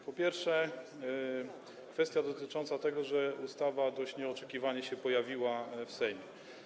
Po pierwsze, kwestia dotycząca tego, że ustawa dość nieoczekiwanie się pojawiła w Sejmie.